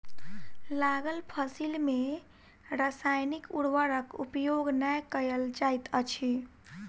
लागल फसिल में रासायनिक उर्वरक उपयोग नै कयल जाइत अछि